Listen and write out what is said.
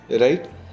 right